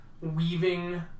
weaving